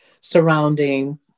surrounding